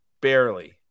Barely